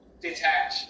Detach